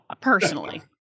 personally